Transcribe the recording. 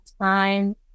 time